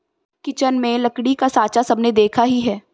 kitchen में लकड़ी का साँचा सबने देखा ही है